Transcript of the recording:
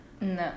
No